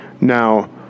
Now